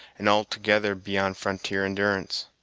and altogether beyond frontier endurance.